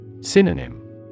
Synonym